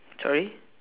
sorry